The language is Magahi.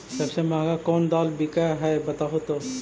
सबसे महंगा कोन दाल बिक है बताहु तो?